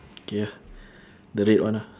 K ah the red one ah